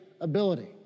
ability